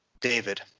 David